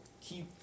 keep